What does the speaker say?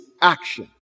action